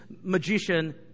magician